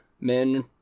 Men